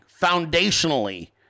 foundationally